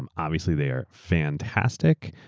um obviously, they are fantastic,